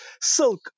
silk